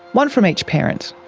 one from each parent.